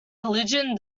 religion